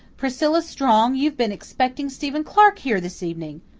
priscilla strong, you've been expecting stephen clark here this evening!